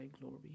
glory